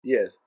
Yes